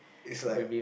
it's like